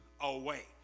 away